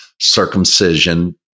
Circumcision